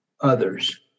others